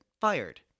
fired